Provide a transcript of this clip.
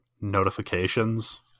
notifications